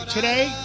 Today